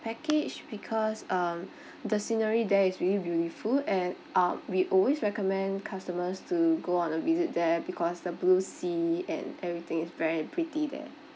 package because um the scenery there is really beautiful and uh we always recommend customers to go on a visit there because the blue sea and everything is very pretty there